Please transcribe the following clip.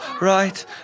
right